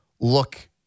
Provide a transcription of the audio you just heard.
look